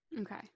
Okay